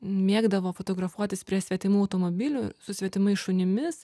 mėgdavo fotografuotis prie svetimų automobilių su svetimais šunimis